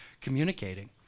communicating